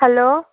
hello